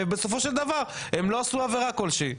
ובסופו של דבר הם לא עשו עבירה כלשהי.